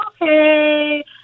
okay